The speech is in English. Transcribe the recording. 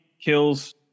kills